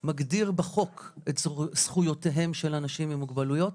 מגדיר בחוק את זכויותיהם של אנשים עם מוגבלויות.